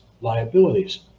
liabilities